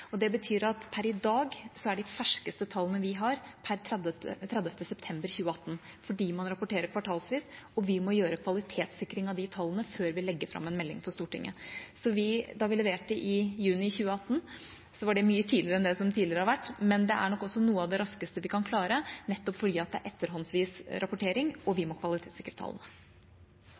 Det betyr at per i dag er de ferskeste tallene vi har, per 30. september 2018, fordi man rapporterer kvartalsvis, og vi må gjøre kvalitetssikring av de tallene før vi legger fram en melding for Stortinget. Da vi leverte i juni 2018, var det mye tidligere enn det som tidligere har vært. Men det er nok også noe av det raskeste vi kan klare, nettopp fordi det er etterhåndsvis rapportering, og vi må